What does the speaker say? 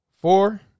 Four